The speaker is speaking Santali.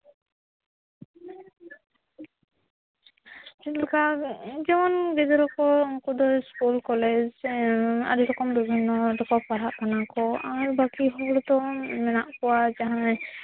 ᱪᱮᱫᱞᱮᱠᱟ ᱡᱮᱢᱚᱱ ᱜᱤᱫᱽᱨᱟᱹ ᱠᱚ ᱠᱚᱫᱚ ᱤᱥᱠᱩᱞ ᱠᱚᱞᱮᱡᱽ ᱟᱹᱰᱤ ᱨᱚᱠᱚᱢ ᱵᱤᱵᱷᱤᱱᱱᱚ ᱛᱮᱠᱚ ᱯᱟᱲᱦᱟᱜ ᱠᱟᱱᱟ ᱠᱚ ᱟᱨ ᱵᱟᱠᱤ ᱦᱚᱲ ᱫᱚ ᱢᱮᱱᱟᱜ ᱠᱚᱣᱟ ᱡᱟᱦᱟᱸᱭ